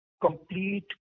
complete